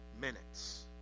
minutes